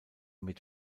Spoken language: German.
mit